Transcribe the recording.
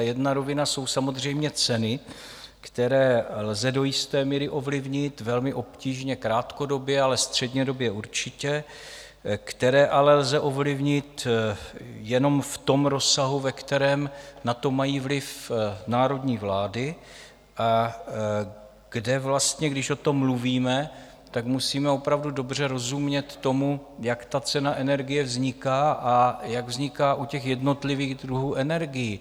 Jedna rovina jsou samozřejmě ceny, které lze do jisté míry ovlivnit, velmi obtížně krátkodobě, ale střednědobě určitě, které ale lze ovlivnit jenom v tom rozsahu, ve kterém na to mají vliv národní vlády a kde vlastně, když o tom mluvíme, musíme opravdu dobře rozumět tomu, jak cena energie vzniká a jak vzniká u jednotlivých druhů energií.